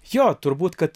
jo turbūt kad